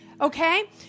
okay